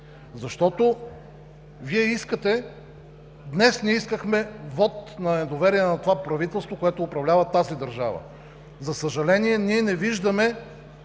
защо питам. Днес искахме вот на недоверие на това правителство, което управлява тази държава. За съжаление, ние не виждаме